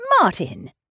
Martin